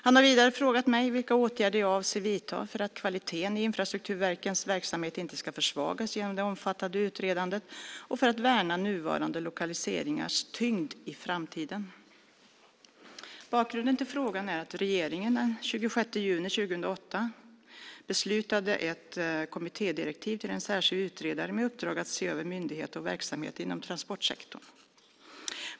Han har vidare frågat mig vilka åtgärder jag avser att vidta för att kvaliteten i infrastrukturverkens verksamhet inte ska försvagas genom det omfattande utredandet och för att värna nuvarande lokaliseringars tyngd i framtiden. Bakgrunden till frågan är att regeringen den 26 juni 2008 beslutade om ett kommittédirektiv till en särskild utredare med uppdrag att se över myndigheter och verksamheter inom transportsektorn.